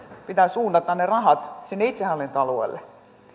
pitää suunnata ne rahat sinne itsehallintoalueelle